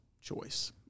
choice